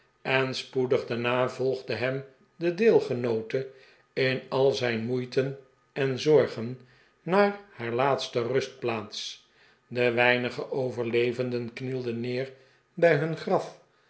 en spoedig daarna volgde hem de deelgenoote in al zijn moeiten en zorgen naar haar laatste rustplaats de weinige overlevenden knielden neer bij hun graf